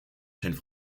chaînes